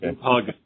Hug